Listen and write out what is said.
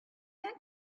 met